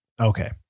Okay